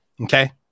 Okay